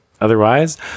otherwise